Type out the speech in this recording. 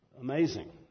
Amazing